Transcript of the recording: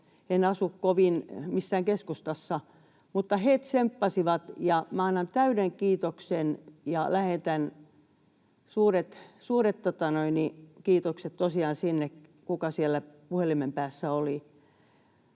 en asu kovin keskustassa, mutta he tsemppasivat, ja minä annan täyden kiitoksen ja lähetän suuret kiitokset tosiaan sille, kuka siellä puhelimen päässä oli.